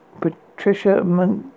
Patricia